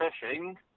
fishing